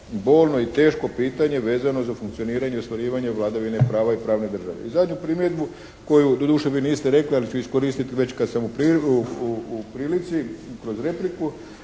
bolno i teško pitanje vezano za funkcioniranje i ostvarivanje vladavine prava i pravne države. I zadnju primjedbu koju doduše vi niste rekli, ali ću iskoristiti već kada sam u prilici kroz repliku.